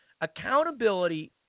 Accountability